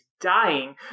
dying